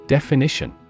Definition